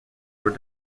were